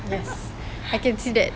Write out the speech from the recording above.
yes I can see that